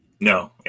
No